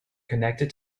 connected